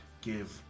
give